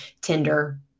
Tinder